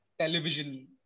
television